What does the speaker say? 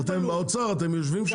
במועצת הלול.